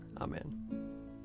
Amen